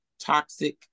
toxic